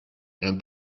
and